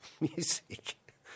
music